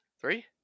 three